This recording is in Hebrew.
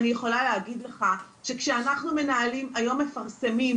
אני יכולה להגיד לך שכשאנחנו מנהלים היום מפרסמים,